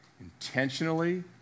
intentionally